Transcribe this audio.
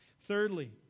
Thirdly